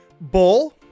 bull